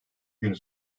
günü